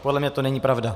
Podle mě to není pravda.